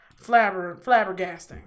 flabbergasting